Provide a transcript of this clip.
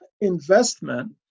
investment